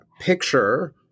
picture